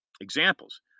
examples